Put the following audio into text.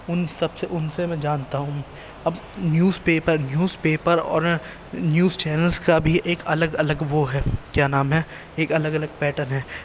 ان سب سے ان سے میں جانتا ہوں اب نیوز پیپر نیوز پیپر اور نیوز چینلس کا بھی ایک الگ الگ وہ ہے کیا نام ہے ایک الگ الگ پیٹرن ہے